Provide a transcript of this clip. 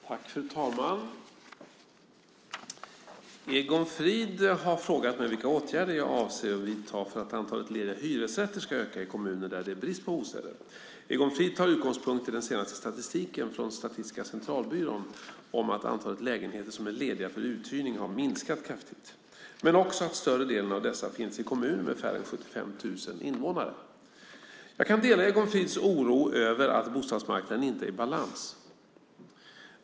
Fru talman! Egon Frid har frågat mig vilka åtgärder jag avser att vidta för att antalet lediga hyresrätter ska öka i kommuner där det är brist på bostäder. Egon Frid tar utgångspunkt i den senaste statistiken från SCB om att antalet lägenheter som är lediga för uthyrning har minskat kraftigt men också att större delen av dessa finns i kommuner med färre än 75 000 invånare. Jag kan dela Egon Frids oro över att bostadsmarknaden inte är i balans.